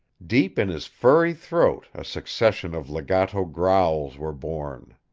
deep in his furry throat a succession of legato growls were born.